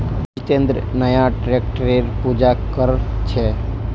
जितेंद्र नया ट्रैक्टरेर पूजा कर छ